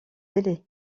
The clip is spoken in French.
délai